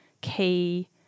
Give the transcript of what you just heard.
key